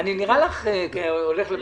אני נראה לך הולך לוותר?